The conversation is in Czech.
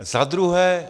Za druhé.